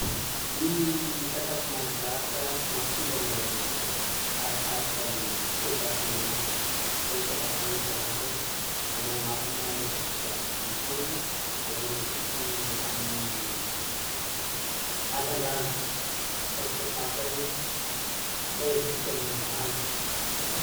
Ny sakafo mahazatra mahatonga ny alerzika, arakaraka ny toe-batana an'olono; ohatra ataoko hoe za zany ananambo ny maha alerzika ahy, misy olo alerzika amin'ny hazandrano, asa ohatra sasany: alerzika amin'ny voanjo.